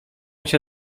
się